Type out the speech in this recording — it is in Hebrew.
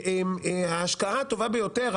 ההשקעה הטובה ביותר,